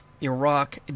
Iraq